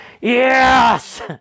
Yes